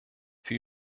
für